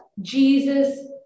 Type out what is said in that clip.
Jesus